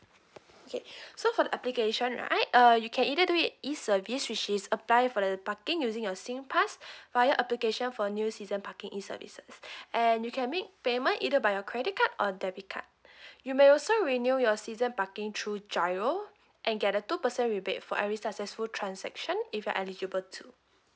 okay so for the application right uh you can either do it E service which is apply for the parking using your singpass file application for new season parking E services and you can make payment either by your credit card or debit card you may also renew your season parking through G_I_R_O and get a two percent rebate for every successful transaction if you're eligible to